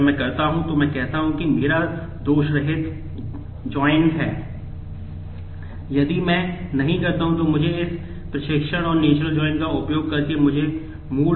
अगर मैं करता हूं तो मैं कहता हूं कि मेरा दोषरहित ज्वाइन में मदद करेगा